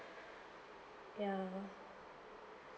ya